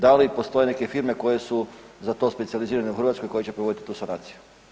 Da li postoje neke firme koje su za to specijalizirane u Hrvatskoj koje će provoditi tu sanaciju?